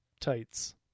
tights